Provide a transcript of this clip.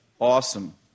awesome